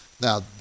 Now